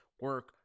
Work